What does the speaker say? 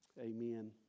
amen